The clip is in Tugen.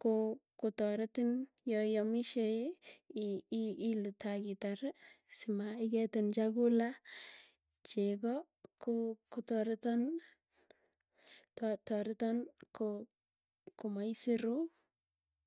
koo kotoretin yaiamishei ii ilutakitari simaiketin chakula. Chego koo kotareton ta tareton koo komaisiru.